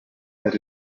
that